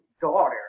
daughter